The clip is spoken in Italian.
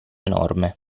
enorme